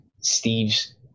Steve's